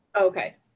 okay